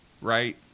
right